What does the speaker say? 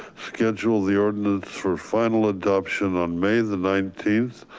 schedule the ordinance for final adoption on may the nineteenth,